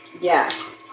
Yes